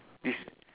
this